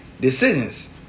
decisions